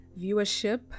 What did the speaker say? viewership